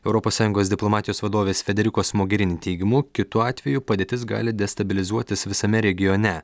europos sąjungos diplomatijos vadovės federikos mogerini teigimu kitu atveju padėtis gali destabilizuotis visame regione